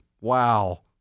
Wow